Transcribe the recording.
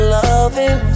loving